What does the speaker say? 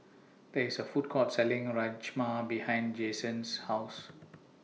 There IS A Food Court Selling Rajma behind Jasen's House